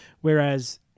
Whereas